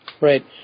Right